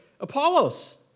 Apollos